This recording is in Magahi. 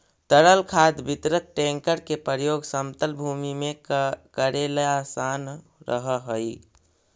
तरल खाद वितरक टेंकर के प्रयोग समतल भूमि में कऽरेला असान रहऽ हई